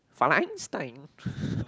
fine Einstein